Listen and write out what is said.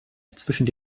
zwischen